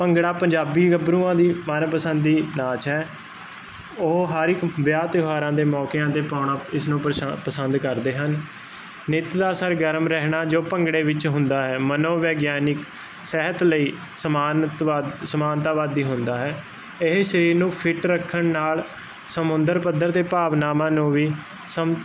ਭੰਗੜਾ ਪੰਜਾਬੀ ਗੱਭਰੂਆਂ ਦੀ ਮਨ ਪਸੰਦ ਦੀ ਨਾਚ ਹੈ ਉਹ ਹਰ ਇਕ ਵਿਆਹ ਤਿਉਹਾਰਾਂ ਦੇ ਮੌਕਿਆਂ ਤੇ ਪਾਉਣਾ ਇਸ ਨੂੰ ਪਸੰ ਪਸੰਦ ਕਰਦੇ ਹਨ ਨਿਤ ਦਾ ਅਸਰ ਗਰਮ ਰਹਿਣਾ ਜੋ ਭੰਗੜੇ ਵਿੱਚ ਹੁੰਦਾ ਹੈ ਮਨੋਵਿਗਿਆਨਿਕ ਸਹਿਤ ਲਈ ਸਮਾਨ ਸਮਾਨਤਾਵਾਦੀ ਹੁੰਦਾ ਹੈ ਇਹ ਸਰੀਰ ਨੂੰ ਫਿਟ ਰੱਖਣ ਨਾਲ ਸਮੁੰਦਰ ਪੱਧਰ ਦੇ ਭਾਵਨਾਵਾਂ ਨੂੰ ਵੀ ਸਮ